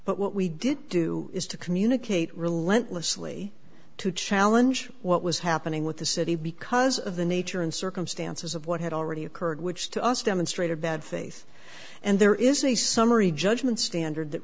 but what we did do is to communicate relentlessly to challenge what was happening with the city because of the nature and circumstances of what had already occurred which to us demonstrated bad faith and there is a summary judgment standard that